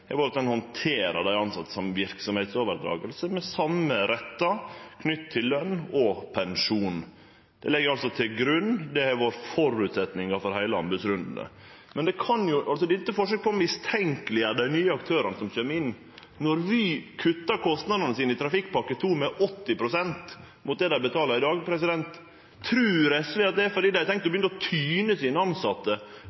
har vore føresetnaden for heile anbodsrundane. Dette er eit forsøk på å mistenkeleggjere dei nye aktørane som kjem inn. Når Vy kutta kostnadene sine i Trafikkpakke 2 med 80 pst. mot det dei betalar i dag, trur SV det er fordi dei har tenkt å